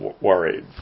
worried